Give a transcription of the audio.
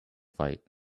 fight